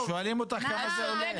אבל שואלים אותך כמה זה עולה.